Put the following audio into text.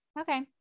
okay